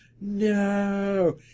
no